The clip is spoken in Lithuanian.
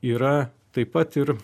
yra taip pat ir